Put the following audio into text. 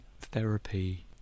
Therapy